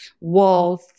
walls